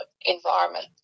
environment